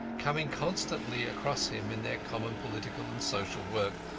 coming constantly across him in their common political and social work,